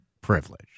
privilege